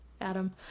Adam